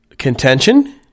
contention